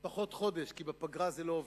פחות חודש, כי בפגרה זה לא עובד,